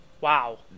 wow